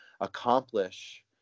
accomplish